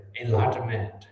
enlightenment